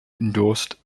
endorsed